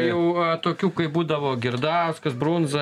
jau tokių kaip būdavo girdauskas brunza